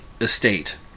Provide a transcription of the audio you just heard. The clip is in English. estate